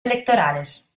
electorales